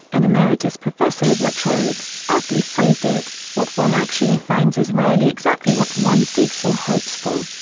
an emeritus professor of la trobe, aptly phrased it what one actually finds is rarely exactly what one seeks or hopes for.